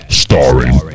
starring